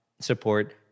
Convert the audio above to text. support